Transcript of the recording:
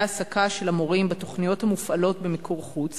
ההעסקה של המורים בתוכניות המופעלות במיקור חוץ